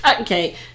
Okay